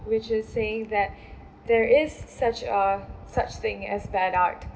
which is saying that there is such uh such thing as bad art